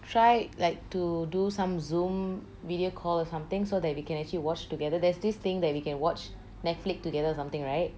try like to do some zoom video call or something so that we can actually watch together there's this thing that we can watch netflix together or something right